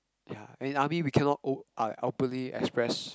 yeah and in army we cannot o~ ah openly express